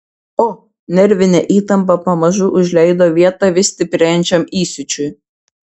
o nervinė įtampa pamažu užleido vietą vis stiprėjančiam įsiūčiui